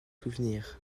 souvenirs